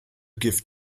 give